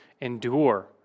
endure